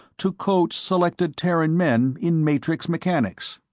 to coach selected terran men in matrix mechanics.